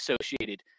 associated